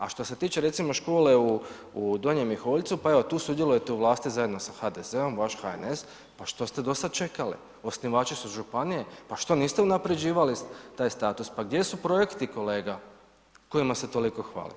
A što se tiče recimo škole u Donjem Miholjcu pa evo tu sudjelujete u vlasti zajedno sa HDZ-om, vaš HNS pa što ste do sada čekali, osnivači su županije, pa što niste unapređivali taj status, pa gdje su projekti kolega kojima se toliko hvalite.